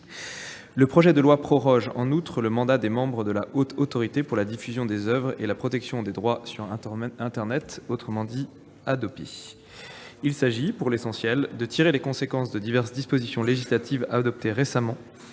Le projet de loi ordinaire proroge en outre le mandat des membres de la Haute Autorité pour la diffusion des oeuvres et la protection des droits sur internet (Hadopi). Il s'agit, pour l'essentiel, de tirer les conséquences de diverses dispositions législatives adoptées récemment,